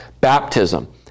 baptism